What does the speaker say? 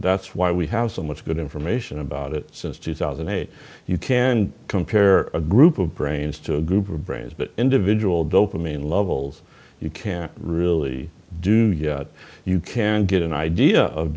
that's why we have so much good information about it so two thousand and eight you can compare a group of brains to a group of brains but individual dopamine levels you can't really do yet you can get an idea of